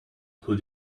who